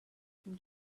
from